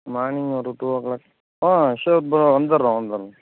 morning ஒரு two o'clock ah sure bro வந்துடுறோம் வந்துடுறோம்